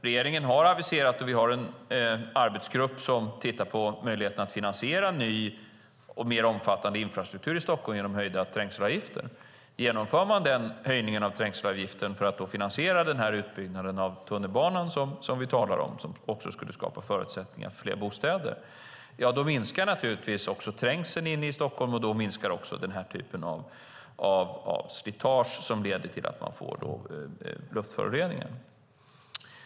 Regeringen har aviserat och har en arbetsgrupp som tittar på möjligheterna att finansiera ny och mer omfattande infrastruktur i Stockholm genom höjda trängselavgifter. Genomför man den höjningen av trängselavgiften för att finansiera den utbyggnad av tunnelbanan som vi talar om och som också skulle skapa förutsättningar för fler bostäder minskar naturligtvis också trängseln inne i Stockholm, och då minskar också denna typ av slitage, som ju leder till luftföroreningar.